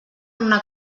una